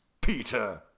Peter